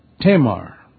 Tamar